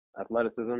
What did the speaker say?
athleticism